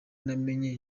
namenye